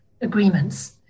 agreements